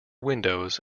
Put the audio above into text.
windows